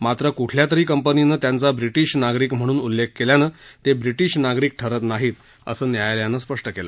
मात्र क्ठल्यातरी कंपनीनं त्यांचा ब्रिटिश नागरिक म्हणून उल्लेख केल्यानं ते ब्रिटिश नागरिक ठरत नाहीत असं न्यायालयानं स्पष्ट केलं